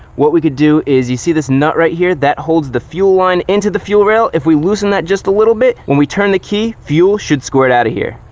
what we could do is, you see this nut right here? that holds the fuel line into the fuel rail. if we loosen that just a little bit, when we turn the key, fuel should squirt out of here.